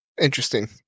Interesting